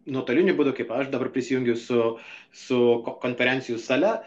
nuotoliniu būdu kaip aš dabar prisijungiu su su konferencijų sale